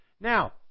Now